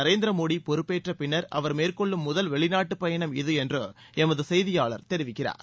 நரேந்திர மோடி பொறுப்பேற்ற பின்னர் அவர் மேற்கொள்ளும் முதல் வெளிநாட்டுப் பயணம் இது என்று எமது செய்தியாளர் தெரிவிக்கிறார்